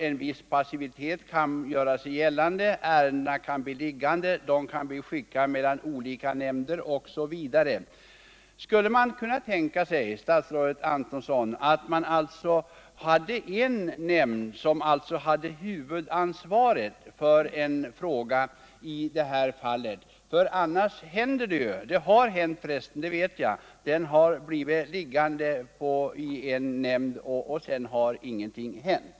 En viss passivitet från myndighetens sida kan då göra sig gällande, ärendet kan bli liggande eller skickas mellan olika nämnder osv. Skulle man inte mot den bakgrunden kunna tänka sig, statsrådet Antonsson, att inrätta en nämnd som fick huvudansvaret när fördröjningar inträffar — sådana har nämligen inträffat — genom att ett ärende blir liggande i en nämnd och att ingenting händer?